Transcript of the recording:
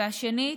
השני,